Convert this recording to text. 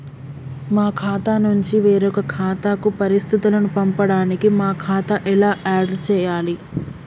మా ఖాతా నుంచి వేరొక ఖాతాకు పరిస్థితులను పంపడానికి మా ఖాతా ఎలా ఆడ్ చేయాలి?